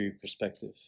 perspective